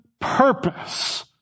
purpose